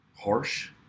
harsh